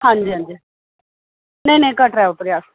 हां जी हां जी नेईं नेईं कटरै उतरे अस